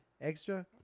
extra